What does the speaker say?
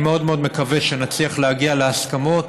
אני מאוד מאוד מקווה שנצליח להגיע להסכמות.